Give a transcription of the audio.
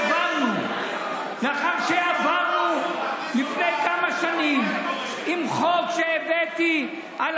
לאחר שעברנו לפני כמה שנים עם חוק שהבאתי על